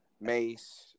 Mace